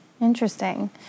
Interesting